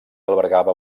albergava